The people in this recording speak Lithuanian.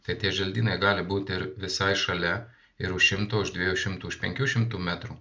tai tie želdynai gali būt ir visai šalia ir už šimto už dviejų šimtų už penkių šimtų metrų